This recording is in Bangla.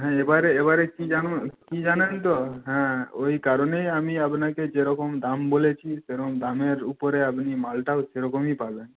হ্যাঁ এবারে এবারে কী জানেন কী জানেন তো হ্যাঁ ওই কারণেই আমি আপনাকে যেরকম দাম বলেছি সেরকম দামের উপরে আপনি মালটাও সেরকমই পাবেন